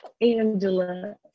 Angela